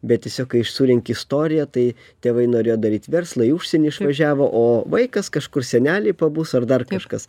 bet tiesiog kai surenki istoriją tai tėvai norėjo daryt verslą į užsienį išvažiavo o vaikas kažkur seneliai pabus ar dar kažkas